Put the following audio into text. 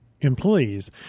employees